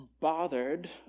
bothered